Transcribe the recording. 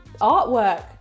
artwork